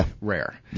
rare